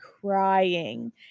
crying